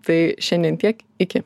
tai šiandien tiek iki